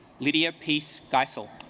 lydia peace basil